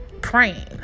praying